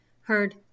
heard